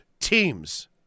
teams